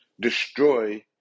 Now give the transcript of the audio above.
destroy